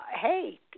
hey